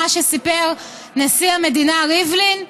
מה שסיפר נשיא המדינה ריבלין,